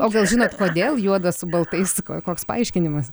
o gal žinot kodėl juodas su baltais koks paaiškinimas